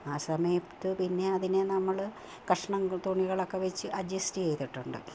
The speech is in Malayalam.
ആ സമയത്ത് പിന്നെ അതിനെ നമ്മൾ കഷ്ണം തുണികൾ ഒക്കെ വെച്ച് അഡ്ജസ്റ്റ് ചെയ്തിട്ടുണ്ട്